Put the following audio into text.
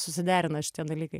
susiderina šitie dalykai